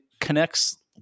connects